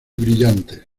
brillantes